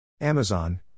Amazon